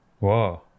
Wow